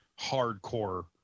hardcore